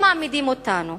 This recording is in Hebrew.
הם מעמידים אותם